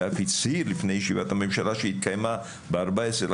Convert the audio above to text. ואף הצהיר לפני ישיבת הממשלה שהתקיימה ב-14.5,